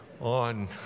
on